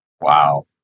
Wow